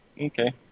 Okay